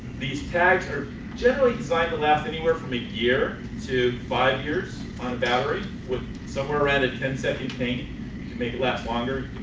these tags are generally designed to last anywhere from a year to five years on a battery with somewhere around a ten second tank to make it last longer,